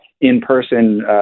in-person